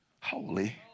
holy